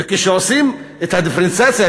וכשעושים את הדיפרנציאציה,